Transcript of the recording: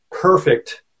perfect